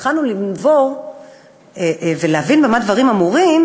כשהתחלנו לנבור ולהבין במה דברים אמורים,